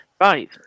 Right